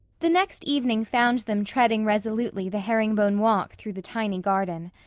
the next evening found them treading resolutely the herring-bone walk through the tiny garden.